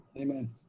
Amen